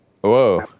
Whoa